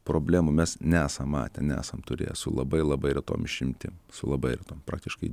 problemų mes nesam matę nesam turėję su labai labai retom išimtim su labai praktiškai